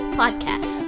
podcast